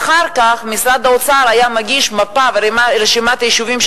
ואחר כך משרד האוצר היה מגיש מפה ורשימת יישובים,